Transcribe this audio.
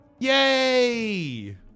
Yay